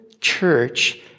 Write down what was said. church